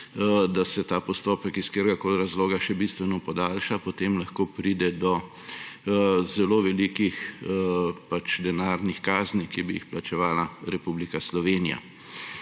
da se ta postopek iz kateregakoli razloga še bistveno podaljša, lahko pride do zelo velikih denarnih kazni, ki bi jih plačevala Republika Slovenija.